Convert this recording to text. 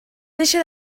deixa